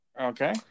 Okay